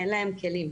אין להם כלים.